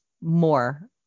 more